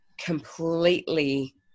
completely